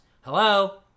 hello